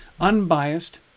unbiased